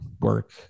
work